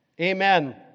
Amen